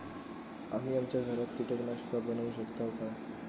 आम्ही आमच्या घरात कीटकनाशका बनवू शकताव काय?